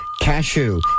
Cashew